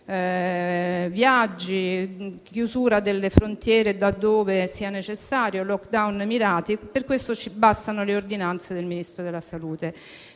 viaggi, chiusura delle frontiere laddove necessario, *lockdown* mirati. Per tutto ciò bastano le ordinanze del Ministro della salute.